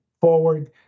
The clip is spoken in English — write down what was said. forward